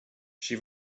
she